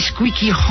Squeaky